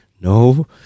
no